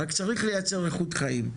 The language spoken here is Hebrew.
רק צריך ליצר איכות חיים.